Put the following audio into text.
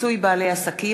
פיצוי בעלי עסקים),